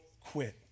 quit